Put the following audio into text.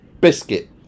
biscuit